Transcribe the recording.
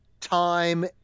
time